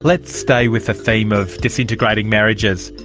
let's stay with the theme of disintegrating marriages.